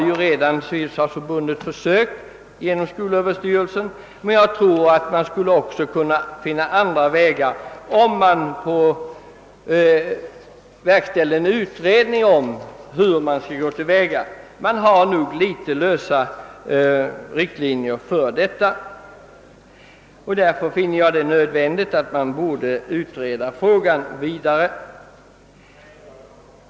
En har redan civilförsvarsförbundet prövat via skolöverstyrelsen, men jag tror att man också skulle kunna hitta andra sätt att sköta utbildningen, om en utredning beträffande detta verkställdes. Riktlinjerna i detta sammanhang är nog något oklara. Jag finner det därför nödvändigt att utreda frågan vidare.